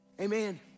Amen